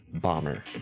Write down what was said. Bomber